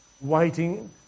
waiting